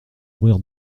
mourir